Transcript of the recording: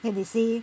then they say